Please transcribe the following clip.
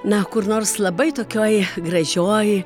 na kur nors labai tokioj gražioj